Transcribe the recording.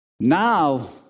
Now